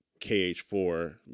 kh4